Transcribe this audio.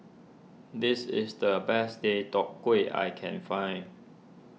this is the best Deodeok Gui I can find